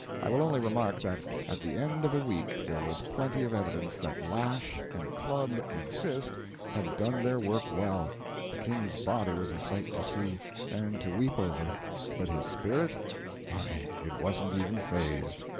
i will only remark that at the end of a week there was plenty of evidence that lash and club and fist had done their work well the king's body was a sight to see and to weep over but his spirit why, it wasn't even phased.